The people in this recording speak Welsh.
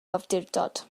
awdurdod